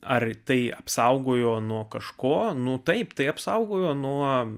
ar tai apsaugojo nuo kažko nuo taip tai apsaugojo nuo